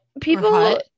People